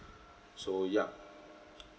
so yeah